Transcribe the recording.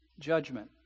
judgment